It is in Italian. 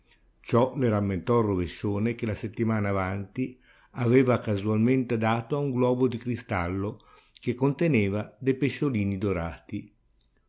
ciò le rammentò il rovescione che la settimana avanti aveva casualmente dato a un globo di cristallo che conteneva de pesciolini dorati